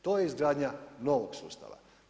To je izgradnja novog sustava.